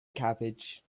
cabbage